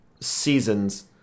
seasons